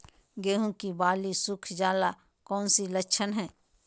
गेंहू की बाली सुख जाना कौन सी लक्षण है?